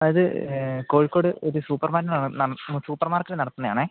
അത് കോഴിക്കോട് ഇത് സൂപ്പർമാന് നടത്തുന്ന സൂപ്പർ മാർക്കറ്റ് നടത്തുന്നത് ആണെ